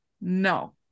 No